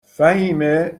فهیمه